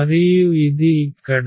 మరియు ఇది ఇక్కడ